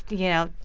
you know.